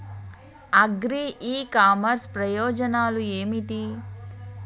Agri e commerce ప్రయోజనాలు ఏమిటి?